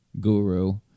guru